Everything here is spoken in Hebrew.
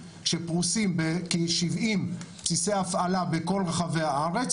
שפרוסים בכשבעים בסיסי הפעלה בכל רחבי הארץ